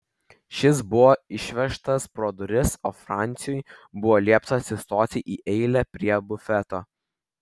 šis buvo išvežtas pro duris o franciui buvo liepta atsistoti į eilę prie bufeto